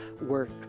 work